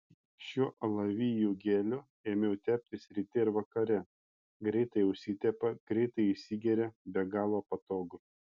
šiuo alavijų geliu ėmiau teptis ryte ir vakare greitai užsitepa greitai įsigeria be galo patogu